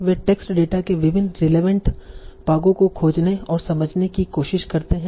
वे text data के विभिन्न relevant भागों को खोजने और समझने की कोशिश करते हैं